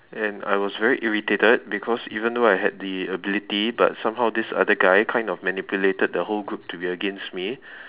and I was very irritated because even though I had the ability but somehow this guy kind of manipulate the whole group to be against me